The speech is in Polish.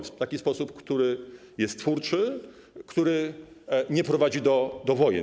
W taki sposób, który jest twórczy, który nie prowadzi do wojen.